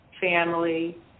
family